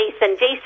Jason